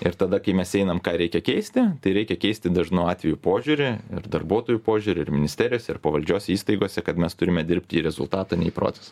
ir tada kai mes einam ką reikia keisti tai reikia keisti dažnu atveju požiūrį ir darbuotojų požiūrį ir ministerijose ir pavaldžiose įstaigose kad mes turime dirbti į rezultatą ne į procesą